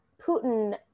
Putin